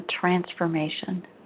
transformation